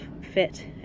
fit